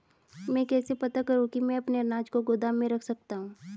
मैं कैसे पता करूँ कि मैं अपने अनाज को गोदाम में रख सकता हूँ?